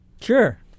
Sure